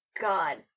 God